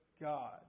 God